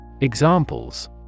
Examples